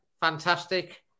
fantastic